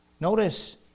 Notice